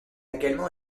également